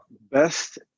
Best